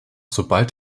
sobald